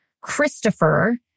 Christopher